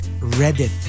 Reddit